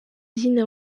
izina